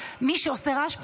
מי שעושה רעש מסביב,